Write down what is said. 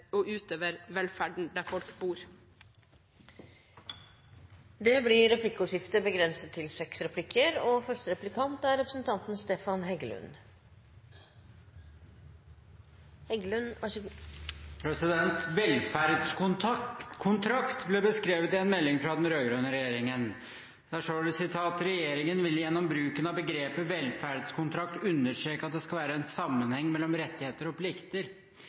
og utøver velferden der folk bor. Representanten Kirsti Bergstø har tatt opp det forslaget hun refererte til. Det blir replikkordskifte. Velferdskontrakt ble beskrevet i en melding fra den rød-grønne regjeringen: «Regjeringen vil gjennom bruken av begrepet velferdskontrakt understreke at det skal være en sammenheng mellom rettigheter og plikter.»